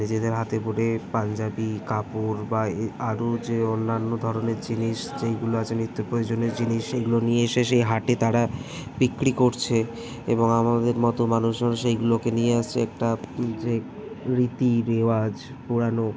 নিজেদের হাতে করে পাঞ্জাবি কাপড় বা এই আরো যে অন্যান্য ধরনের জিনিস যেইগুলো আছে নিত্য প্রয়োজনীয় জিনিস সেইগুলো নিয়ে এসে সেই হাটে তারা বিক্রি করছে এবং আমাদের মতো মানুষজন সেইগুলোকে নিয়ে আসছে একটা যে রীতি রেওয়াজ পুরানো